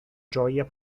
gioia